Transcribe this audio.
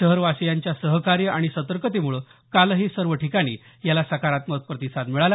शहरवासियांच्या सहकार्य आणि सतर्कतेमुळं कालही सर्व ठिकाणी याला सकारात्मक प्रतिसाद मिळाला